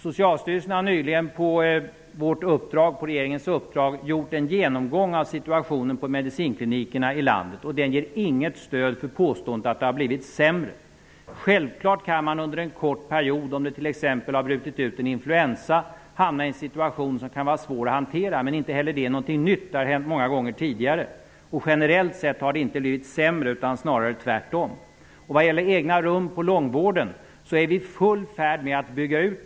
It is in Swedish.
Socialstyrelsen har nyligen på regeringens uppdrag gjort en genomgång av situationen på medicinklinikerna i landet, och den ger inget stöd för påståendet att det har blivit sämre. Självklart kan man under en kort period -- om det t.ex. har brutit ut en influensa -- hamna i en situation som kan vara svår att hantera, men inte heller det är någonting nytt; det har hänt många gånger tidigare. Generellt sett har det inte blivit sämre utan snarare tvärtom. När det gäller egna rum på långvården är vi i full färd med att bygga ut.